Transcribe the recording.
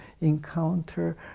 encounter